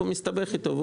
הוא מסתבך איתו.